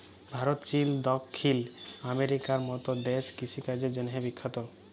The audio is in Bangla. ভারত, চিল, দখ্খিল আমেরিকার মত দ্যাশ কিষিকাজের জ্যনহে বিখ্যাত